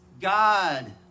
God